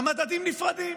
המדדים נפרדים.